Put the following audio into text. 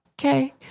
okay